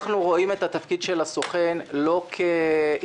אנחנו רואים את התפקיד של הסוכן לא כאיש